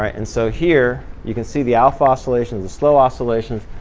and so here you can see the alpha oscillations, the slow oscillations.